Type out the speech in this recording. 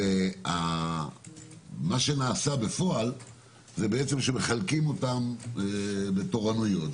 ומה שנעשה בפועל זה שמחלקים אותם בתורנויות.